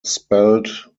spelled